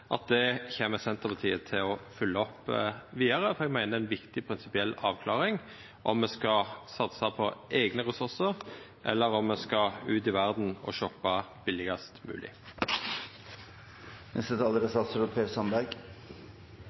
at det kjem Senterpartiet til å følgja opp vidare, for eg meiner det er ei viktig prinsipiell avklaring om me skal satsa på eigne ressursar, eller om me skal ut i verda og shoppe billigast mogleg. Det er